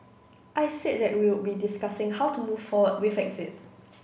I said that we'll be discussing how to move forward with exit